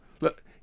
look